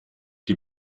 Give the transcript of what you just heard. die